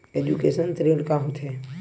Education ऋण का होथे?